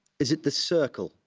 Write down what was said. is it the circle?